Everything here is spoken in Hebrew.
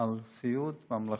על סיעוד ממלכתי,